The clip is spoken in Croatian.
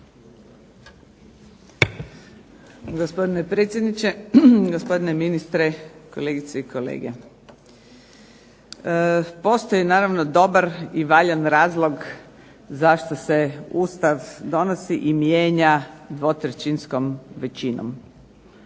Gospodine predsjedniče, gospodine ministre, kolegice i kolege. Postoji naravno dobar i valjan razlog zašto se Ustav donosi i mijenja dvotrećinskom većinom.